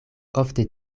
ofte